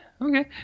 okay